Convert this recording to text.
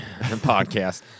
podcast